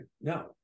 no